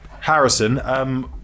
Harrison